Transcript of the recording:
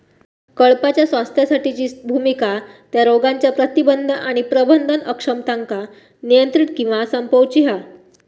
कळपाच्या स्वास्थ्यासाठीची भुमिका त्या रोगांच्या प्रतिबंध आणि प्रबंधन अक्षमतांका नियंत्रित किंवा संपवूची हा